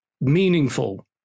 meaningful